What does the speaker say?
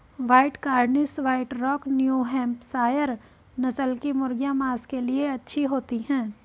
white Cornish, white rock, new Hampshire नस्ल की मुर्गियाँ माँस के लिए अच्छी होती हैं